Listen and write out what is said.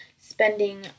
spending